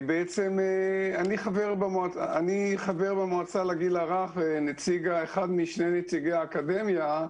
אני חבר במועצה לגיל הרך, אחד משני נציגי האקדמיה.